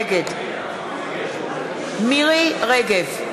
נגד מירי רגב,